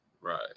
Right